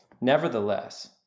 Nevertheless